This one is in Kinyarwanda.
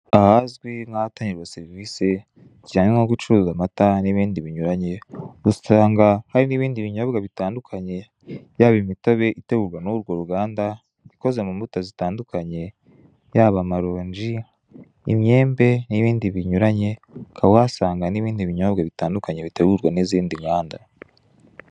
Ahazwi nkahatangirwa serivisi cyangwa gucuruza amata n' ibindi binyuranye usanga hari n' ibindi binyobwa bitandukanye yaba imitobe itegurwa n' urwo ruganda ikoze mu mbuto zitandukanye, yaba amaronji, imyembe n' ibindi binyuranye. Ukaba wahasanga n' ibindi binyobwa bitandukanye bitegurwa n' izindi nganda.